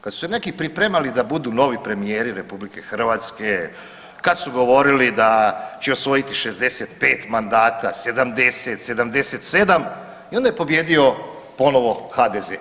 Kad su se neki pripremali da budu novi premijeri RH, kad su govorili da će osvojiti 65 mandata, 70, 77 i onda je pobijedio ponovo HDZ.